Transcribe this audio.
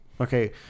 Okay